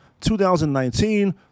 2019